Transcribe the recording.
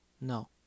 No